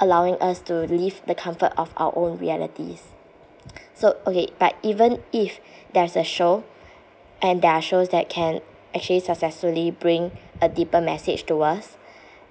allowing us to leave the comfort of our own realities so okay but even if there's a show and there're shows that can actually successfully bring a deeper message to us